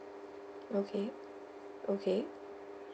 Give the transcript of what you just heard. okay okay